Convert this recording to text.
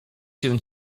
się